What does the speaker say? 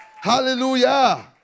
Hallelujah